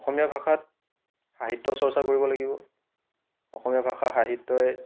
অসমীয়া ভাষাত সাহিত্য চৰ্চা কৰিব লাগিব অসমীয়া ভাষা সাহিত্যই